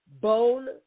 bone